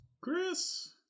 Chris